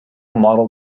model